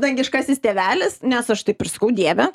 dangiškasis tėvelis nes aš taip ir sakau dieve